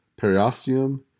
periosteum